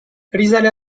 risale